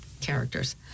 characters